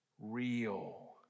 real